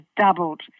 doubled